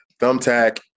Thumbtack